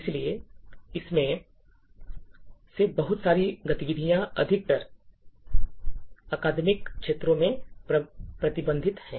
इसलिए इनमें से बहुत सारी गतिविधियाँ अधिकतर अकादमिक क्षेत्रों में प्रतिबंधित हैं